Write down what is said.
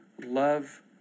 love